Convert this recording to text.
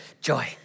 joy